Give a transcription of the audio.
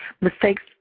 Mistakes